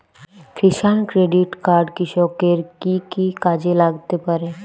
কিষান credit card কৃষকের কি কি কাজে লাগতে পারে?